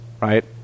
Right